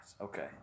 Okay